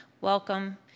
welcome